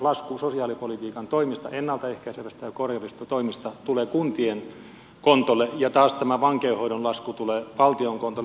lasku sosiaalipolitiikan toimista ennalta ehkäisevistä ja korjaavista toimista tulee kuntien kontolle ja taas tämä vankeinhoidon lasku tulee valtion kontolle